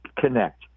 connect